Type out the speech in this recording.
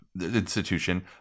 institution